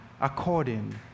according